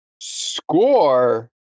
score